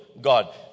God